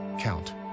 count